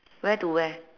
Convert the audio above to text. wear to where